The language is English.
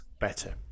Better